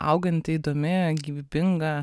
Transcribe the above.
auganti įdomi gyvybinga